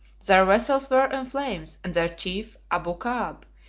their vessels were in flames, and their chief, abu caab,